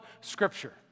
Scripture